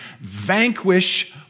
vanquish